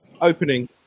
opening